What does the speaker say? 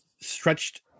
stretched